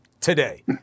today